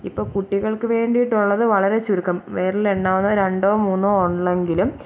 ഇപ്പോൾ കുട്ടികൾക്കു വേണ്ടിയിട്ടുള്ളതു വളരെ ചുരുക്കം വിരലിലെണ്ണാവുന്ന രണ്ടോ മൂന്നോ ഉള്ളെങ്കിലും